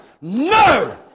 No